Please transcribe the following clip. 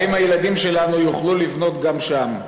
האם הילדים שלנו יוכלו לבנות גם שם?